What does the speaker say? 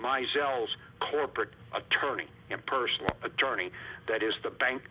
my sales corporate attorney and personal attorney that is the bank